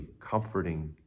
comforting